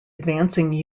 advancing